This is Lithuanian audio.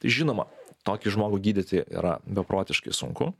žinoma tokį žmogų gydyti yra beprotiškai sunku